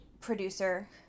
producer